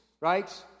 right